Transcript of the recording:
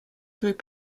through